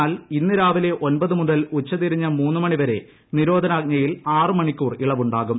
എന്നാൽ ഇന്ന് രാവിലെ ഒൻപ്പ് മുതൽ ഉച്ചതിരിഞ്ഞ് മൂന്ന് മണിവരെ നിരോധനാജ്ഞയിൽ ആദ് മണിക്കൂർ ഇളവുണ്ടാകും